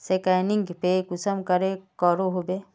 Scanning पे कुंसम करे करो होबे?